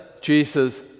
Jesus